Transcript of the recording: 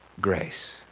grace